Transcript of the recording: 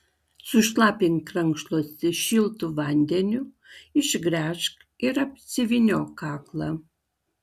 sušlapink rankšluostį šiltu vandeniu išgręžk ir apsivyniok kaklą